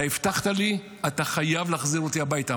אתה הבטחת לי, אתה חייב להחזיר אותי הביתה.